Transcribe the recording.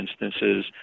instances